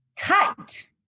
tight